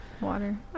water